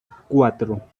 cuatro